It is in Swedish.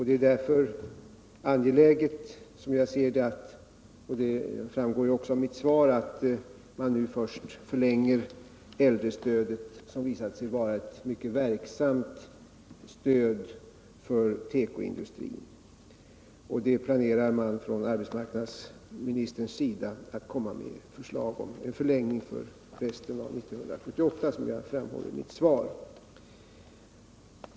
Det är därför angeläget, som jag ser det, och det framgår ju också av mitt svar, att man nu först förlänger äldrestödet, som visat sig vara ett mycket verksamt stöd för tekoindustrin. Arbetsmarknadsministern planerar att framlägga förslag om en förlängning av äldrestödet för resten av år 1978, vilket framgår av mitt svar.